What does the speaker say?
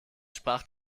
sprach